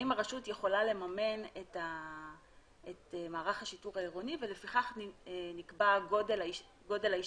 אם הרשות יכולה לממן את מערך השיטור העירוני ולפיכך נקבע גודל ההשתתפות.